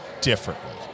differently